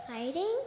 Fighting